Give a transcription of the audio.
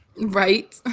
Right